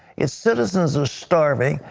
it citizens are starving,